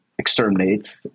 exterminate